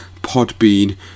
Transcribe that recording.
Podbean